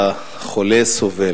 החולה סובל.